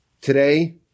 Today